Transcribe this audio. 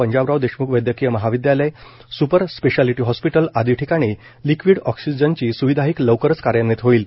पंजाबराव देशम्ख वैदयकीय महाविदयालय super specialty hospital आदी ठिकाणी लिक्वीड ऑक्सिजनची स्विधाही लवकरच कार्यान्वित होईल